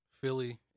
Philly